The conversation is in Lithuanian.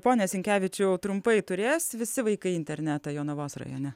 pone sinkevičiau trumpai turės visi vaikai internetą jonavos rajone